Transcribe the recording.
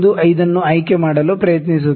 5 ಅನ್ನು ಆಯ್ಕೆ ಮಾಡಲು ಪ್ರಯತ್ನಿಸುತ್ತೇನೆ